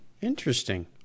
interesting